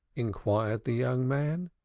inquired the young man.